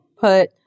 put